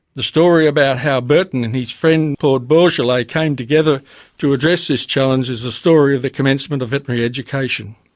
the story about how bertin and his friend claude bourgelat came together to address this challenge is a story of the commencement of veterinary education.